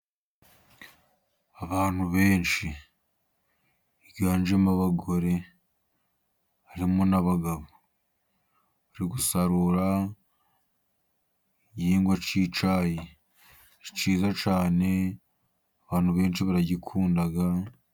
Abantu benshi biganjemo abagore harimo n'abagabo, bari gusarura igihingwa cy' icyayi, ni cyiza cyane, abantu benshi baragikunda.